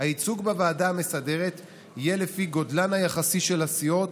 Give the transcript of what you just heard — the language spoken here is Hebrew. "הייצוג בוועדה המסדרת יהיה לפי גודלן היחסי של הסיעות,